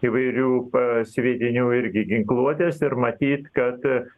įvairių pa sviedinių irgi ginkluotės ir matyt kad